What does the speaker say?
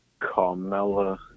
Carmella